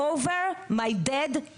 על גופתי המתה.